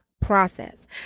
process